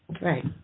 Right